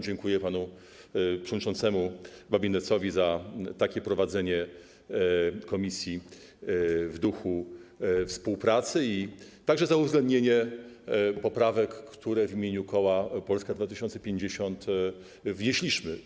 Dziękuję panu przewodniczącemu Babinetzowi za prowadzenie obrad komisji w duchu współpracy, a także za uwzględnienie poprawek, które w imieniu koła Polska 2050 wnieśliśmy.